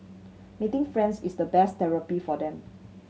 meeting friends is the best therapy for them